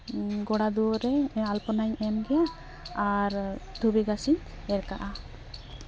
ᱜᱳᱲᱟ ᱫᱩᱣᱟᱹᱨ ᱨᱮ ᱟᱞᱯᱚᱱᱟᱧ ᱮᱢ ᱜᱮᱭᱟ ᱟᱨ ᱫᱷᱩᱵᱤ ᱜᱷᱟᱥ ᱤᱧ ᱮᱨ ᱠᱟᱜᱼᱟ